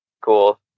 Cool